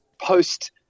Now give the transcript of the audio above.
post-